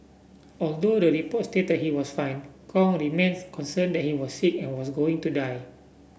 although the report stated he was fine Kong remains concerned that he was sick and was going to die